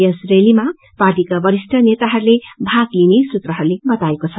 यस लीमा पार्टीका वरिष्ठ नेताहरूले भाग लिने सूत्रहरूले बताएको छ